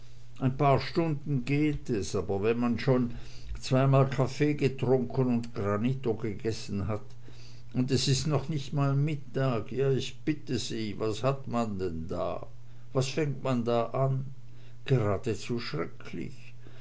ein paar stunden geht es aber wenn man nu schon zweimal kaffee getrunken und granito gegessen hat und es ist noch nicht mal mittag ja ich bitte sie was hat man da was fängt man da an gradezu schrecklich